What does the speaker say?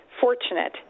fortunate